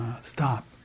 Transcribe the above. stop